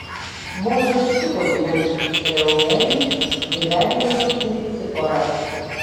mozė sutiko gyventi pas reuelį ir vedė jo dukterį ciporą